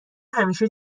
همیشه